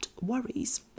worries